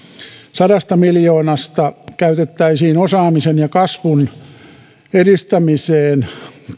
sadasta miljoonasta käytettäisiin osaamisen ja kasvun edistämiseen